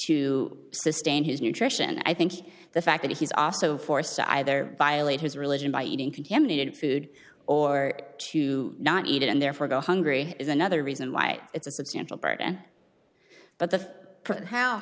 sustain his nutrition i think the fact that he's also forced to either violate his religion by eating contaminated food or to not eat it and therefore go hungry is another reason why it's a substantial part and but the how